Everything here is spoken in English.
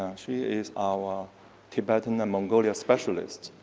she is our tibetan and mongolian specialist,